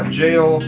jail